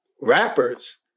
rappers